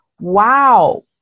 wow